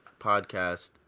Podcast